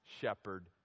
shepherd